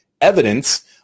evidence